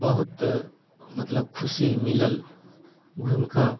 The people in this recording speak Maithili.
बहुत मतलब खुशी मिलल घुमिकऽ